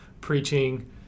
preaching